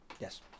yes